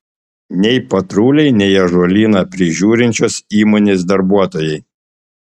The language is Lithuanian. nei patruliai nei ąžuolyną prižiūrinčios įmonės darbuotojai